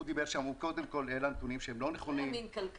הוא קודם כל העלה נתונים שהם לא נכונים והוא